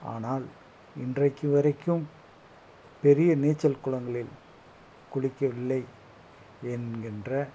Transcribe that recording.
ஆனால் இன்றைக்கு வரைக்கும் பெரிய நீச்சல் குளங்களில் குளிக்கவில்லை என்கின்ற